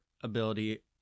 ability